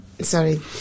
Sorry